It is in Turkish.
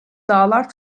dağlar